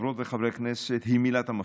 חברות וחברי הכנסת, היא מילת המפתח,